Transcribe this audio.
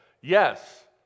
Yes